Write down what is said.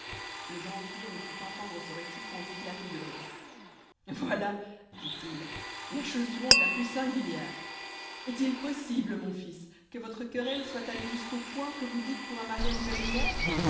le grand vizir ne put entendre ce récit sans éclater de rire voilà dit-il la chose du monde la plus singulière est-il possible mon fils que votre querelle soit allée jusqu'au point que vous dites pour un mariage imaginaire